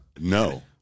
No